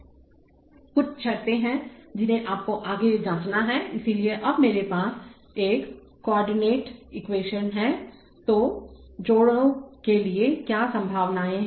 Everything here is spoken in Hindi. कुछ शर्तें हैं जिन्हें आपको आगे जांचना है इसलिए अब हमारे पास एक कोआर्डिनेट एक्वेशन हैं तो जड़ों के लिए क्या संभावनाएं हैं